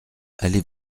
allez